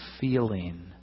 feeling